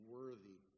worthy